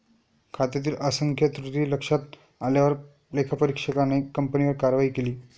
खात्यातील असंख्य त्रुटी लक्षात आल्यावर लेखापरीक्षकाने कंपनीवर कारवाई केली